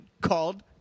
called